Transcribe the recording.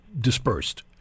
dispersed